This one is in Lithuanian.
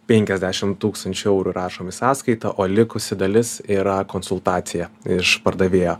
penkiasdešim tūkstančių eurų rašom į sąskaita o likusi dalis yra konsultacija iš pardavėjo